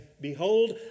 Behold